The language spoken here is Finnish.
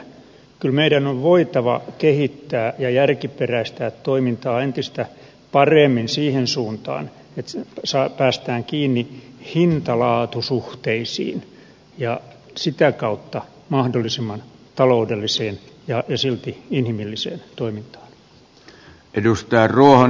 kyllä meidän on voitava kehittää ja järkiperäistää toimintaa entistä paremmin siihen suuntaan että päästään kiinni hintalaatu suhteisiin ja sitä kautta mahdollisimman taloudelliseen ja silti inhimilliseen toimintaan